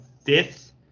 fifth